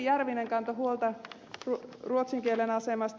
järvinen kantoi huolta ruotsin kielen asemasta